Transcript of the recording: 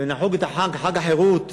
ונחוג את החג, חג החירות,